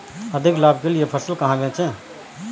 अधिक लाभ के लिए फसल कहाँ बेचें?